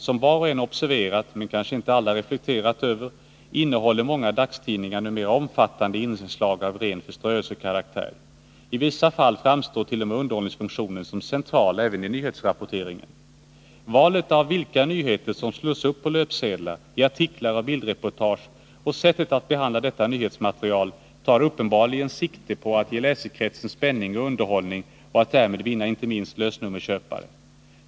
Som var och en observerat, men kanske inte alla reflekterat över, innehåller många dagstidningar numera omfattande inslag av ren förströelsekaraktär. I vissa fall framstår t.o.m. underhållningsfunktionen som central även i nyhetsrapporteringen. Valet av vilka nyheter som slås upp på löpsedlar, i artiklar och bildreportage och sättet att behandla detta nyhetsmaterial tar uppenbarligen sikte på att ge läsekretsen spänning och underhållning och att därmed vinna inte minst lösnummerköpare.